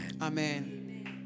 Amen